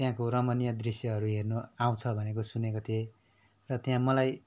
त्यहाँको रमणीय दृश्यहरू हेर्न आउँछ भनेको सुनेको थिएँ र त्यहाँ मलाई